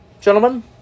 gentlemen